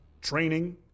Training